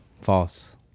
false